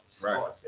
Right